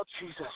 Jesus